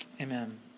Amen